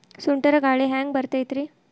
ಸುಂಟರ್ ಗಾಳಿ ಹ್ಯಾಂಗ್ ಬರ್ತೈತ್ರಿ?